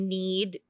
need